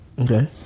okay